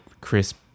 crisp